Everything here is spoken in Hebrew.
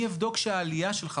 אני אבדוק שהעלייה שלך,